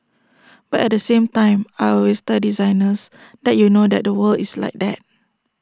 but at the same time I always tell designers that you know that the world is like that